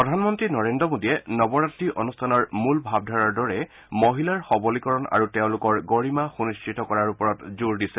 প্ৰধানমন্ত্ৰী নৰেন্দ্ৰ মোদীয়ে নৱৰাত্ৰী অনুষ্ঠানৰ মূল ভাৱধাৰাৰ দৰে মহিলাৰ সবলীকৰণ আৰু তেওঁলোকৰ গৰিমা সুনিশ্চিত কৰাৰ ওপৰত জোৰ দিছে